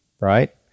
right